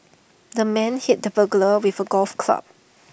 the man hit the burglar with A golf club